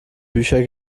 bücher